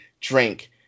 drink